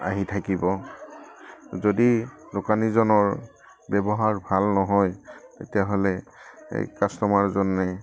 আহি থাকিব যদি দোকানীজনৰ ব্যৱহাৰ ভাল নহয় তেতিয়াহ'লে এই কাষ্টমাৰজনে